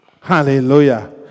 Hallelujah